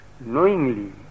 knowingly